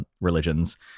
religions